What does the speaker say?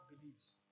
beliefs